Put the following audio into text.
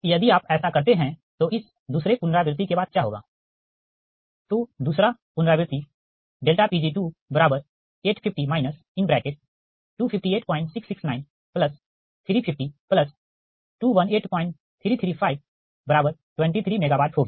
यदि आप ऐसा करते हैं तो इस दूसरे पुनरावृति के बाद क्या होगा तो दूसरा पुनरावृति Pg850 25866935021833523 MW होगी